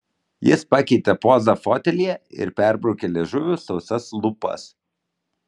jis pakeitė pozą fotelyje ir perbraukė liežuviu sausas lūpas